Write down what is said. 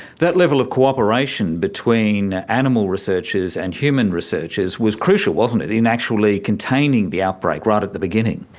that level of cooperation between animal researchers and human researchers was crucial, wasn't it, in actually containing the outbreak right at the beginning.